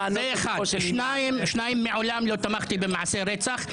דבר שני, מעולם לא תמכתי במעשי רצח.